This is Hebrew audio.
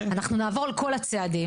אנחנו נעבור על כל הצעדים.